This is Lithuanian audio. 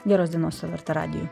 geros dienos su lrt radiju